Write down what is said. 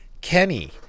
Kenny